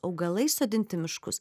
augalai sodinti miškus